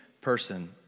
person